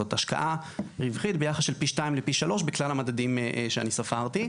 זאת השקעה רווחית ביחס של פי 2 לפי 3 בכלל המדדים שאני ספרתי.